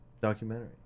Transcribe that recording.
documentary